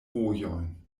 vojojn